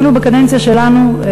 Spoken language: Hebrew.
אפילו בקדנציה שלנו,